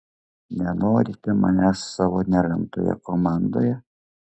nenorite manęs savo nelemtoje komandoje